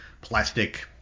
plastic